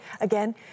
again